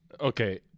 okay